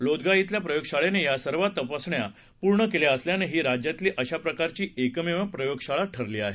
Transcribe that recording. लोदगा धिल्या प्रयोगशाळेने या सर्व तपासण्या पूर्ण केल्या असल्यानं ही राज्यातली अशा प्रकारची एकमेव प्रयोगशाळा ठरली आहे